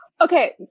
Okay